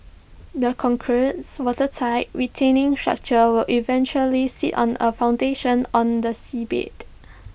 the concretes watertight retaining structure will eventually sit on A foundation on the seabed